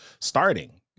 starting